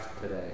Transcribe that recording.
today